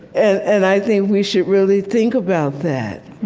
and i think we should really think about that.